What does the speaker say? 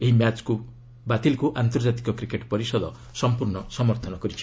ଏହି ମ୍ୟାଚ୍ ବାତିଲକୁ ଆନ୍ତର୍ଜାତିକ କ୍ରିକେଟ ପରିଷଦ ସମ୍ପର୍ଶ୍ଣ ସମର୍ଥନ କରିଛି